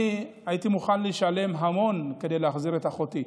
הייתי מוכן לשלם המון כדי להחזיר את אחותי,